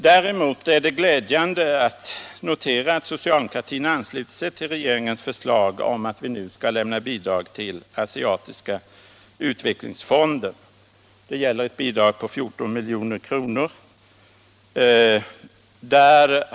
Däremot är det glädjande att notera att socialdemokratin ansluter sig till regeringens förslag om att vi nu skall lämna bidrag till Asiatiska utvecklingsfonden. Det gäller ett bidrag på 14 milj.kr.